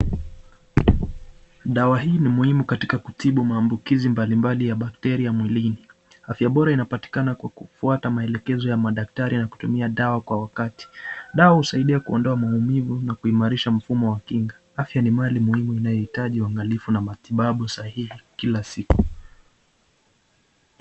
Dawa hii ni muhimu katika kutibu maambukizi mbalimbali ya bakteria mwilini afya bora inapatikana kwa kufuata maelekezo ya daktari ya kutumia dawa kwa wakati. Dawa husaidia kuondoa maumivu na kuimarisha mfumo wa kinga afya ni mali muhimu inayohitaji uangalifu na matibabu sahihi kila siku.